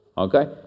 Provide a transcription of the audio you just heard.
okay